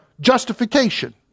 justification